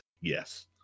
Yes